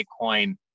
Bitcoin